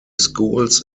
schools